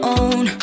own